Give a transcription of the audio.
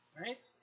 Right